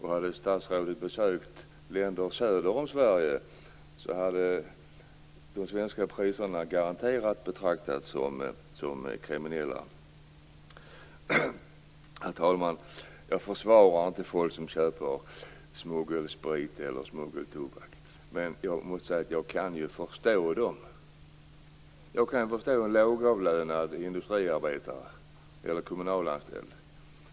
Hade statsrådet besökt länder söder om Sverige hade de svenska priserna garanterat betraktats som kriminella. Herr talman! Jag försvarar inte folk som köper smuggelsprit eller smuggeltobak. Men jag måste säga att jag kan förstå dem. Jag kan förstå en lågavlönad industriarbetare eller kommunalanställd.